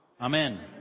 Amen